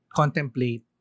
contemplate